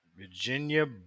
virginia